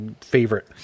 favorite